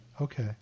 Okay